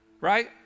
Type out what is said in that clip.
right